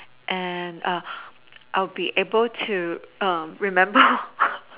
and err I'll be able to err remember